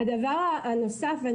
הדבר הנוסף.